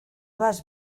vas